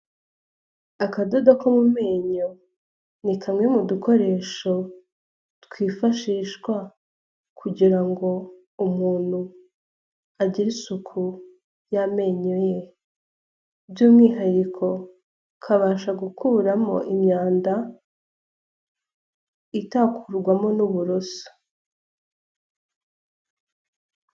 Akadodo ko mu menyo, ni kamwe mu dukoresho twifashishwa kugira ngo umuntu agire isuku y'amenyo ye by'umwihariko kabasha gukuramo imyanda itakurwamo n'uburoso.